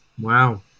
Wow